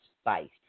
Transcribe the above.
spice